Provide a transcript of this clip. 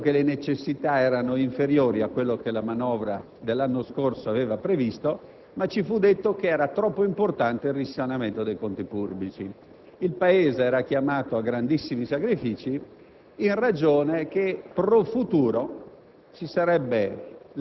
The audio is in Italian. dal momento che le necessità erano inferiori a quello che la manovra dell'anno scorso aveva previsto, ma ci fu detto che era troppo importante il risanamento dei conti pubblici. Il Paese era chiamato a grandissimi sacrifici in ragione del fatto